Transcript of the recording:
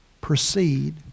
proceed